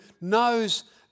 knows